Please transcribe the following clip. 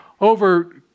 over